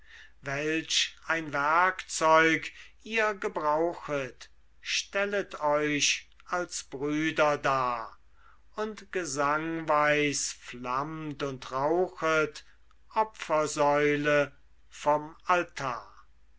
welch ein werkzeug ihr gebrauchet stellet euch als brüder dar und gesangweis flammt und rauchet opfersäule vom altar